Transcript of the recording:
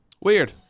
Weird